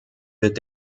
wird